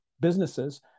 businesses